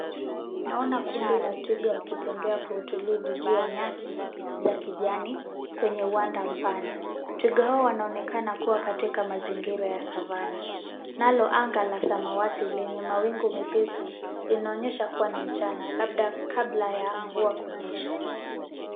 Naona kundi la twiga wakitembea kwa utulivu juu ya nyasi za kijani kwenye uwanda mpana. Twiga hawa wanaonekana kuwa katika mazingira ya savana. Nalo anga la samawati lenye mawingu mepesi linaonyesha kuwa ni mchana labda kabla ya mvua kunyesha.